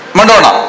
Madonna